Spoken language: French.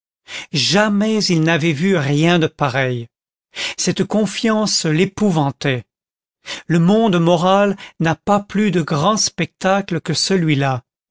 jamais il n'avait rien vu de pareil cette confiance l'épouvantait le monde moral n'a pas de plus grand spectacle que celui-là